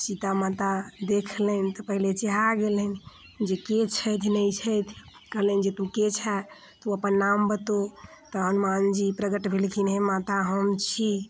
सीता माता देखलनि तऽ पहिले चेहा गेलनि जे के छथि नहि छथि कहलनि जे तू के छै तू अपन नाम बतो तहन हनुमाजी प्रगट भेलखिन हे माता हम छी